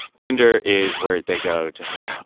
tinder is where they go to hook up.